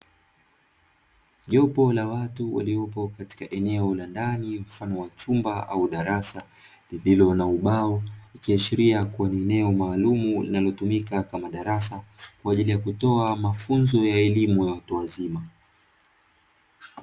Jopo la watu waliopo katika eneo la ndani mfano wa chumba au darasa lililo na ubao ikiashiria kuwa ni eneo maalumu linalotumika kama darasa kwa ajili ya kutoa mafunzo ya elimu ya watu wazima.